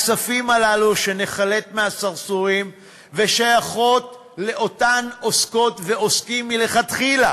הכספים הללו שנחלט מהסרסורים ושייכים לאותם עוסקות ועוסקים מלכתחילה